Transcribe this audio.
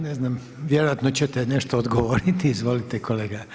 Ne znam, vjerojatno ćete nešto odgovoriti, izvolite kolega.